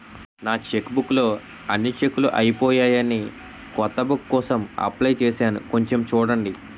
నా చెక్బుక్ లో అన్ని చెక్కులూ అయిపోయాయని కొత్త బుక్ కోసం అప్లై చేసాను కొంచెం చూడండి